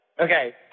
Okay